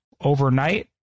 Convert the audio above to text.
Overnight